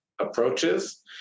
approaches